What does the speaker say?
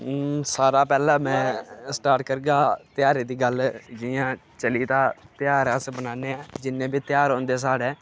सारे पैह्लै मैं स्टार्ट करगा धेयारें दी गल्ल जियां चले दा धेयार अस बनाने आं जिन्ने बी धेयार होंदे स्हाड़ै